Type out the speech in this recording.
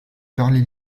parler